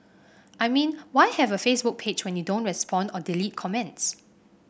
I mean why have a Facebook page when you don't respond or delete comments